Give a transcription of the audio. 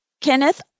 Kenneth